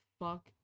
fuck